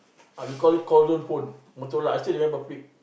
ah we call it call zone phone Motorola I still remember flip